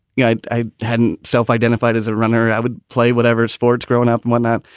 yeah. i hadn't self-identified as a runner. i would play whatever sports growing up and whatnot.